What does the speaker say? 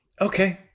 Okay